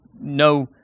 no